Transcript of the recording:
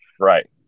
Right